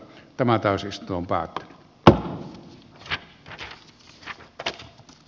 tämä etäisyys lampaat ja re a